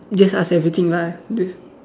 just ask everything lah just d~